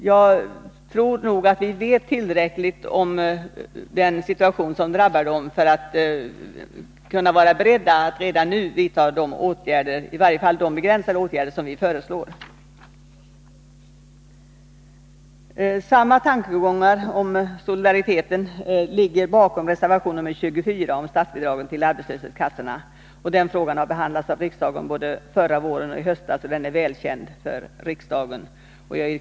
Jag tror nog att vi vet tillräckligt om den situation som drabbar dessa grupper för att vi skall vara beredda att redan nu vidta i varje fall de begränsade åtgärder som vi föreslår. Samma tankegångar om solidaritet ligger bakom reservation nr 24 angående statsbidragen till arbetslöshetskassorna. Den frågan har behandlats av riksdagen både förra våren och i höstas, så den är välkänd för riksdagen. Fru talman!